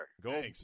go